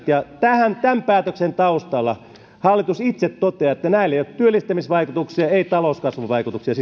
ja tämän päätöksen taustalla hallitus itse toteaa että näillä ei ole työllistämisvaikutuksia ei talouskasvuvaikutuksia